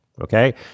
Okay